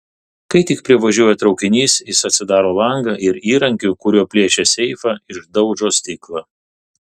kai tik privažiuoja traukinys jis atsidaro langą ir įrankiu kuriuo plėšė seifą išdaužo stiklą